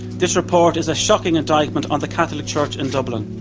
this report is a shocking indictment on the catholic church in dublin.